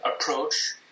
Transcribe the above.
approach